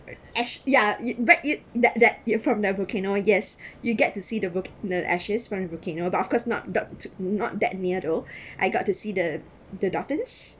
ash yeah you read it that that you're from the volcano that's you get to see the vol~ the ashes from the volcano but of course not d~ not that near at all I got to see the the dolphins